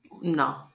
No